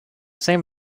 same